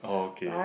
okay